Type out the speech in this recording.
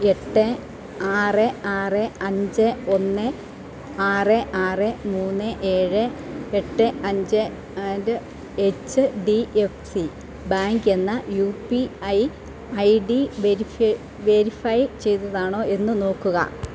എട്ട് ആറ് ആറ് അഞ്ച് ഒന്ന് ആറ് ആറ് മൂന്ന് ഏഴ് എട്ട് അഞ്ച് and H D F C bank എന്ന U P I I D verify verify ചെയ്തതാണോ എന്ന് നോക്കുക